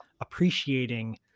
appreciating